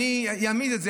שאני הייתי,